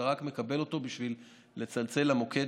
אתה רק מקבל אותו בשביל לצלצל למוקד